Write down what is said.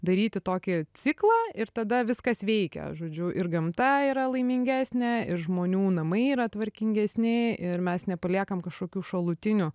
daryti tokį ciklą ir tada viskas veikia žodžiu ir gamta yra laimingesnė ir žmonių namai yra tvarkingesni ir mes nepaliekam kažkokių šalutinių